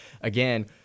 again